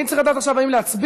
אני צריך לדעת עכשיו אם נצביע,